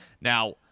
Now